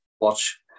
watch